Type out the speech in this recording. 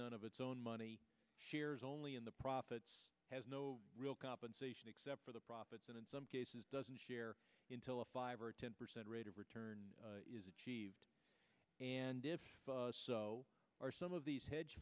the one of its own money shares only in the profits has no real compensation except for the profits and in some cases doesn't share in till a five or ten percent rate of return is achieved and if are some of these hedge